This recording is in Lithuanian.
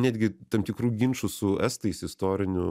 netgi tam tikrų ginčų su estais istorinių